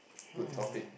good topic